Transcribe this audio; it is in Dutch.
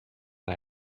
hij